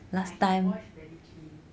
I can wash very clean